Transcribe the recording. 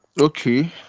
okay